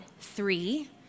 three